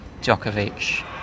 Djokovic